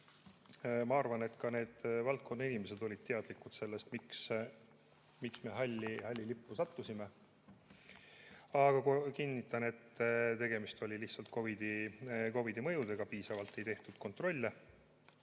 Ma arvan, et ka need valdkonnainimesed olid teadlikud, miks me halli lippu sattusime. Aga kinnitan, et tegemist oli lihtsalt COVID-i mõjudega, piisavalt ei tehtud kontrolle.